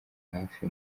hafi